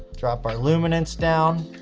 drop our luminance down.